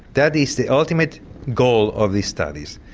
that is the ultimate goal of these studies.